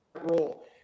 role